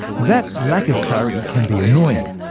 that lack of clarity can be annoying,